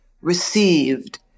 received